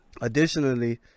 Additionally